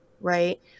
right